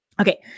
Okay